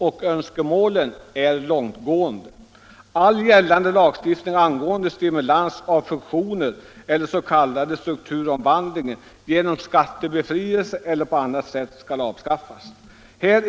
Och önskemålen är långtgående: All gällande lagstiftning angående stimulans av fusioner eller s.k. strukturomvandling genom skattebefrielse eller på annat sätt skall avskaffas.